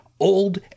old